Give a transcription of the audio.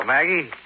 Maggie